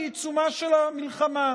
בעיצומה של המלחמה.